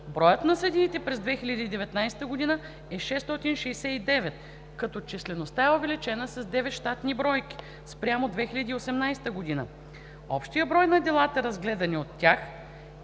броят на съдиите през 2019 г. е 669, като числеността е увеличена с 9 щатни бройки спрямо 2018 г. Общият брой на делата, разгледани от тях,